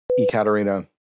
Ekaterina